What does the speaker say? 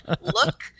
Look